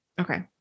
Okay